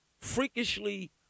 freakishly